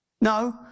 no